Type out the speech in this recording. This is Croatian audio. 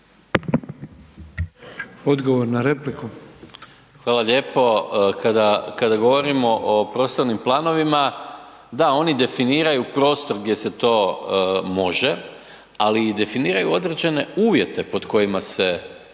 Gordan (SDP)** Hvala lijepo. Kada govorimo o prostornim planovima, da oni definiraju prostor gdje se to može. Ali i definiraju određene uvjete pod kojima se